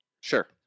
Sure